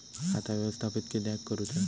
खाता व्यवस्थापित किद्यक करुचा?